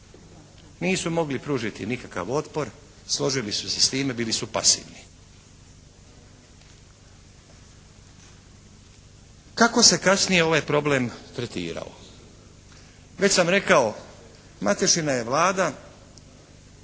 Nisu mogli pružiti nikakav otpor, složili su se s time, bili su pasivni. Kako se kasnije ovaj problem tretirao? Već sam rekao, Matešina je Vlada